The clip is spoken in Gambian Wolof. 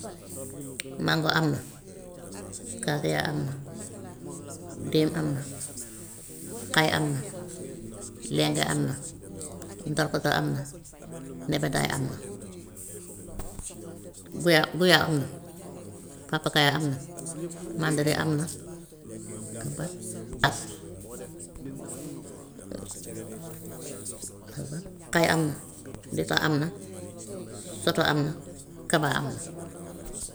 mango am na, kasiyaa am na, déem am na, xay am na, lenge am na, ndarkaso am na, nebedaay am na, goyaa goyaab am na, papakaaya am na, mandare am na, ak ban ak xay am na, dittax am na, soto am na, kaba am na.